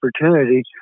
opportunity